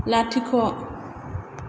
लाथिख'